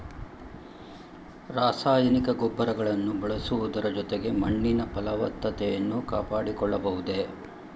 ರಾಸಾಯನಿಕ ಗೊಬ್ಬರಗಳನ್ನು ಬಳಸುವುದರ ಜೊತೆಗೆ ಮಣ್ಣಿನ ಫಲವತ್ತತೆಯನ್ನು ಕಾಪಾಡಿಕೊಳ್ಳಬಹುದೇ?